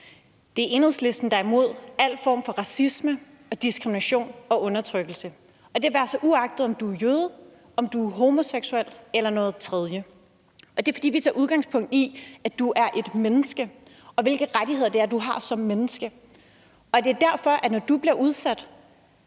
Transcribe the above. Det er Enhedslisten, som er imod al form for racisme og diskrimination og undertrykkelse, og det er altså, uagtet om du er jøde, om du er homoseksuel eller noget tredje. Og det er, fordi vi tager udgangspunkt i, at du er et menneske, og hvilke rettigheder det er, du har som menneske. Og det er derfor, at når du bliver udsat